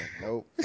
Nope